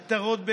עטרות,